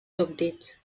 súbdits